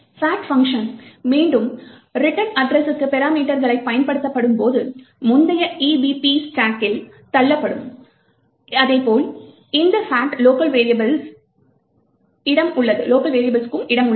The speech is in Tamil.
fact பங்ஷன் மீண்டும் ரிட்டர்ன் அட்ரெஸ்க்கு பராமீட்டர்களை பயன்படுத்தப்படும்போது முந்தைய EBP ஸ்டாக் கில் தள்ளப்படும் அதேபோல் இந்த fact லோக்கல் வெரியபிள்ஸ் க்கும் இடம் உள்ளது